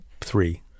three